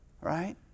Right